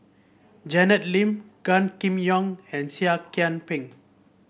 Janet Lim Gan Kim Yong and Seah Kian Peng